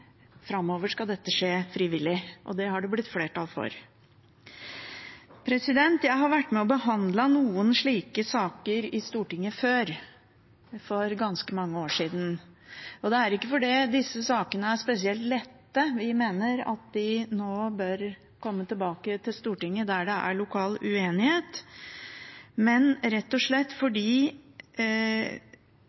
framover skal dette skje frivillig – det har det blitt flertall for. Jeg har vært med og behandlet noen slike saker i Stortinget før, for ganske mange år siden, og det er ikke fordi disse sakene er spesielt lette, vi mener at de nå bør komme tilbake til Stortinget der det er lokal uenighet, men rett og slett fordi